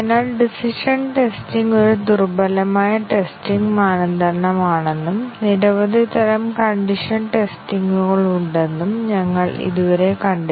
അതിനാൽ ചില input combination നൽകിയിട്ടുണ്ടെങ്കിൽ മാത്രമേ ആ കോഡ് സജീവമാകൂ അത് ആവശ്യകതയിൽ വ്യക്തമാക്കിയിട്ടില്ല അതിനാൽ ബ്ലാക്ക് ബോക്സ് ടെസ്റ്റിംഗ് ഉപയോഗിച്ച് ഞങ്ങൾക്ക് അത് പരീക്ഷിക്കാനാവില്ല